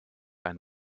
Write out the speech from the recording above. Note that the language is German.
ein